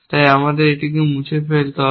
তাই আমাদের এটিকে মুছে ফেলতে হবে